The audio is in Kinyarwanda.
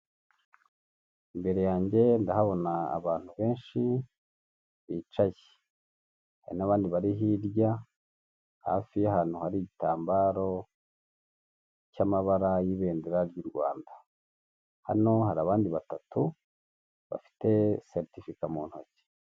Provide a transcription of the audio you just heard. Imbere yanjye ndahabona abantu benshi bicaye, hari n'abandi bari hirya hafi y'ahantu hari igitambaro cy'amabara y'ibendera ry'u Rwanda. Hano hari abandi batatu, bafite seretifika mu ntoki.